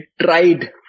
tried